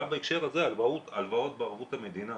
גם בהקשר הזה, הלוואות בערבות המדינה